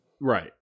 Right